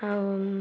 ଆଉ